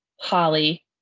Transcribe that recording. holly